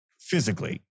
physically